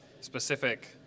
specific